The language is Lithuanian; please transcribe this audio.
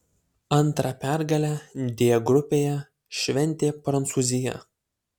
antrą pergalę d grupėje šventė prancūzija